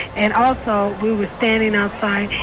and also, we were standing outside,